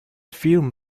film